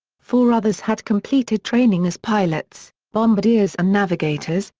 four others had completed training as pilots, bombardiers and navigators,